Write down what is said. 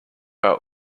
our